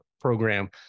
program